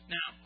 Now